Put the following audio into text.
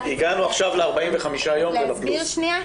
הגענו עכשיו ל-45 יום ולפלוס.